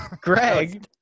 Greg